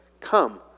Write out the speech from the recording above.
Come